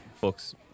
books